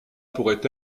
pourrait